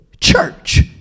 church